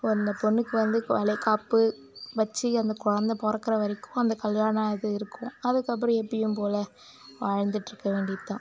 அந்த பொண்ணுக்கு வந்து வளைகாப்பு வச்சு அந்த குழந்த பிறக்குற வரைக்கும் அந்த கல்யாண இது இருக்கும் அதுக்கப்புறம் எப்பவும் போல் வாழ்ந்துகிட்டு இருக்க வேண்டியது தான்